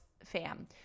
FAM